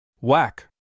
Whack